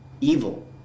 evil